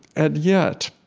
and yet,